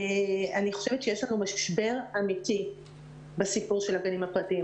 אני חושבת שיש לנו משבר אמיתי בסיפור של הגנים הפרטיים.